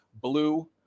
blue